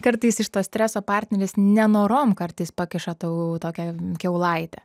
kartais iš to streso partneris nenorom kartais pakiša tau tokią kiaulaitę